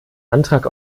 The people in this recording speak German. antrag